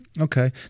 Okay